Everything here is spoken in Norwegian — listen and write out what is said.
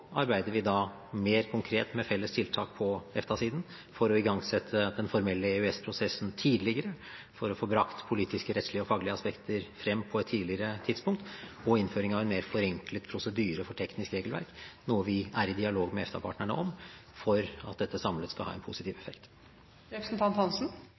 arbeider vi mer konkret med felles tiltak på EFTA-siden for å igangsette den formelle EØS-prosessen tidligere for å få brakt politiske, rettslige og faglige aspekter frem på et tidligere tidspunkt, og vi arbeider med innføring av en mer forenklet prosedyre for teknisk regelverk – noe vi er i dialog med EFTA-partnere om for at dette samlet sett skal ha en positiv